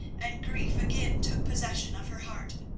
and grief again took possession of her heart.